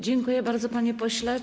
Dziękuję bardzo, panie pośle.